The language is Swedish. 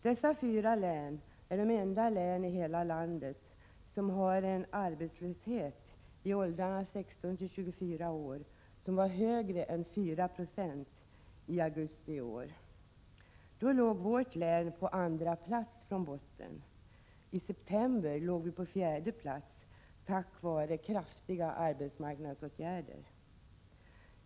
Dessa fyra län är de enda i hela landet med en arbetslöshet i åldrarna 16-24 år, som var högre än 4 6 i augusti i år. Då låg vårt län på andra plats från botten. I september låg vi på fjärde plats tack vare kraftiga arbetsmarknadsåtgärder.